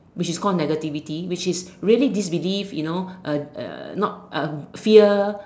which is called negativity which is really disbelief you know uh uh not uh fear